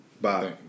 Bye